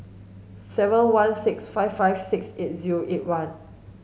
seven one six five five six eight zero eight one